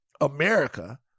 America